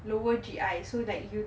lower G_I so that you